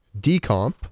Decomp